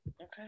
Okay